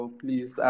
please